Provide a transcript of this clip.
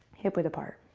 hip width apart.